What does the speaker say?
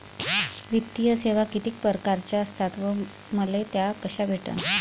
वित्तीय सेवा कितीक परकारच्या असतात व मले त्या कशा भेटन?